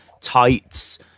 tights